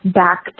back